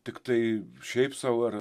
tiktai šiaip sau ar